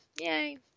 yay